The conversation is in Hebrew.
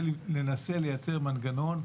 ננסה לייצר מנגנון,